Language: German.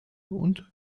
und